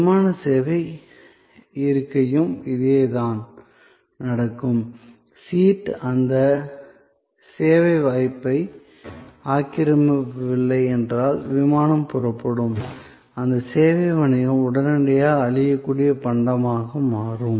விமான சேவை இருக்கைக்கும் இதேதான் நடக்கும் சீட் அந்த சேவை வாய்ப்பை ஆக்கிரமிக்கவில்லை என்றால் விமானம் புறப்படும் அந்த சேவை வணிகம் உடனடி அழியக்கூடிய பண்டமாக மாறும்